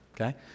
okay